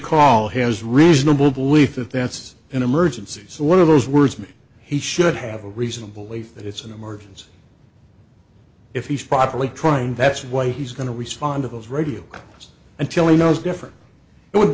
call has reasonable belief that that's an emergency so one of those words mean he should have a reasonable belief that it's an emergency if he's properly trying that's why he's going to respond to those radio until he knows different it would